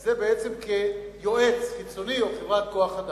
היא בעצם כיועץ חיצוני או כעובד חברת כוח-אדם.